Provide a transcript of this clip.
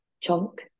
chunk